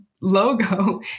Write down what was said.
logo